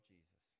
Jesus